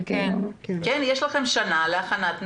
כן, יש לכם שנה להכנת נהלים.